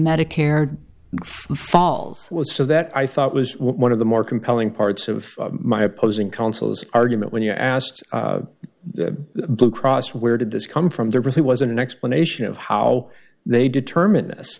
medicare falls was so that i thought was one of the more compelling parts of my opposing counsel's argument when you asked the blue cross where did this come from there really wasn't an explanation of how they determine this